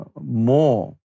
more